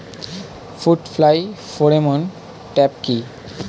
Fruit fly pheromone trap কি?